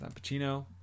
Pacino